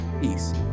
Peace